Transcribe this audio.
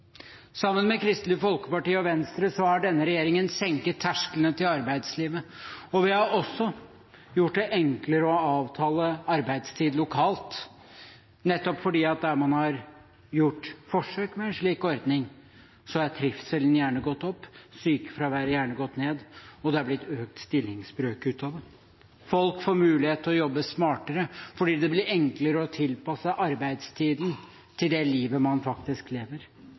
Sammen med Kristelig Folkeparti og Venstre har denne regjeringen senket terskelen til arbeidslivet, og vi har også gjort det enklere å avtale arbeidstid lokalt. Nettopp fordi man har gjort forsøk med en slik ordning, har trivselen gjerne gått opp, sykefraværet gjerne gått ned, og det har blitt økt stillingsbrøk av det. Folk får mulighet til å jobbe smartere, fordi det blir enklere å tilpasse arbeidstiden til det livet man faktisk lever.